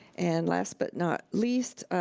and last but not least,